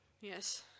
Yes